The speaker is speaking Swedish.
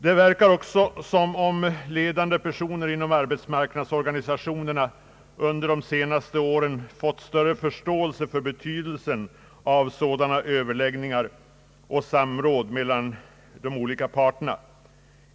Det verkar också som om ledande personer inom arbetsmarknadsorganisationerna under de senaste åren fått större förståelse för betydelsen av sådana överläggningar och samråd mellan de olika parterna.